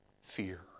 fear